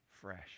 fresh